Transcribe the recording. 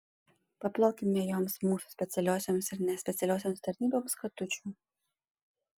paplokime joms mūsų specialiosioms ir nespecialiosioms tarnyboms katučių